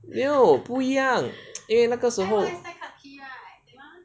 没有不一样因为那个时候